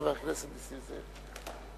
חבר הכנסת נסים זאב,